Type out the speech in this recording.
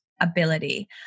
ability